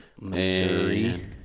Missouri